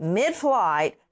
mid-flight